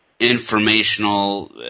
informational